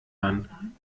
man